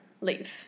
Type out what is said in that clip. leave